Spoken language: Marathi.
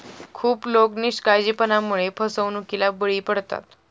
खूप लोक निष्काळजीपणामुळे फसवणुकीला बळी पडतात